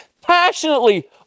passionately